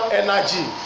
energy